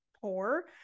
poor